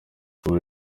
ubu